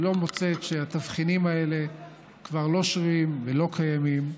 היא לא מוצאת שהתבחינים האלה כבר לא שרירים ולא קיימים,